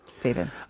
David